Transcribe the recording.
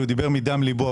הוא דיבר מדם ליבו,